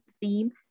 theme